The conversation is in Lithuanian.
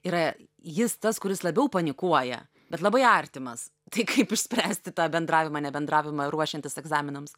yra jis tas kuris labiau panikuoja bet labai artimas tai kaip išspręsti tą bendravimą nebendravimą ruošiantis egzaminams